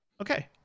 Okay